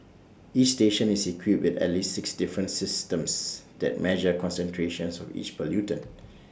each station is equipped with at least six different systems that measure concentrations of each pollutant